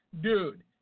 dude